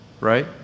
right